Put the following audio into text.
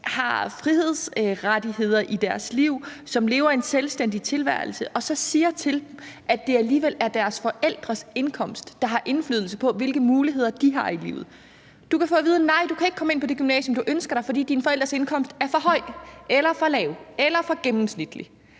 har frihedsrettigheder i deres liv, som lever en selvstændig tilværelse, og så siger til dem, at det alligevel er deres forældres indkomst, der har indflydelse på, hvilke muligheder de har i livet. Du kan få at vide: Nej, du kan ikke komme ind på det gymnasium, som du ønsker dig, fordi dine forældres indkomst er for høj eller for lav eller for gennemsnitlig.